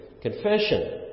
confession